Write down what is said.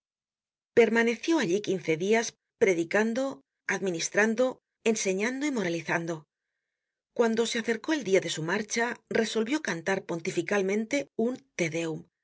permaneció allí quince dias predicando administrando enseñando y moralizando cuando se acercó el dia de su marcha resolvió cantar pontificalmente un te